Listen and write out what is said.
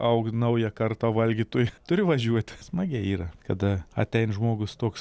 aug nauja karta valgytojų turi važiuot smagiai yra kada atein žmogus toks